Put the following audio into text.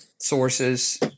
sources